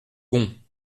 gonds